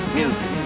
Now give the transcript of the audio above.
music